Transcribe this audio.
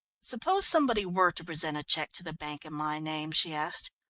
suppose somebody were to present a cheque to the bank in my name? she asked.